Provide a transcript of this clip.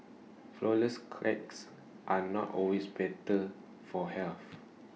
Flourless Cakes are not always better for health